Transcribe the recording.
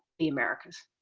the americans.